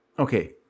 Okay